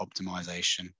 optimization